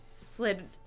slid